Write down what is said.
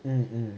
um um